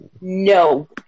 No